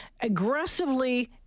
aggressively